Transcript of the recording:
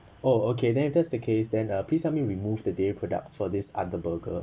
oh okay then if that's the case then uh please help me remove the dairy products for this burger